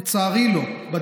לצערי, לא.